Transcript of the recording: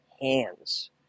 hands